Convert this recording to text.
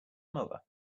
mother